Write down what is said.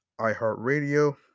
iHeartRadio